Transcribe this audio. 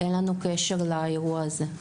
אין לנו קשר לאירוע הזה.